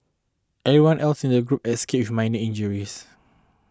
everyone else in the group escaped with minor injuries